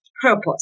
purpose